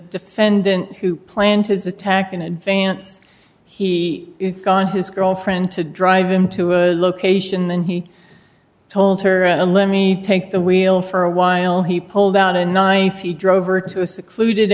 defendant who planned his attack in advance he got his girlfriend to drive him to a location and he told her and let me take the wheel for a while he pulled out a knife he drove her to a secluded